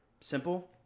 simple